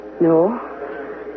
No